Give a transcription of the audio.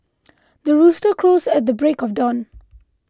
the rooster crows at the break of dawn